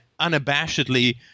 unabashedly